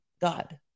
God